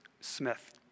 Smith